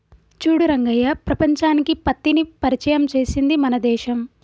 చూడు రంగయ్య ప్రపంచానికి పత్తిని పరిచయం చేసింది మన దేశం